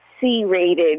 C-rated